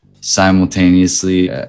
simultaneously